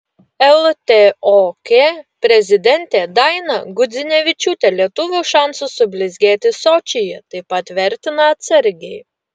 ltok prezidentė daina gudzinevičiūtė lietuvių šansus sublizgėti sočyje taip pat vertina atsargiai